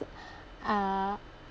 uh